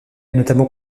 notamment